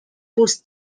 push